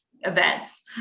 events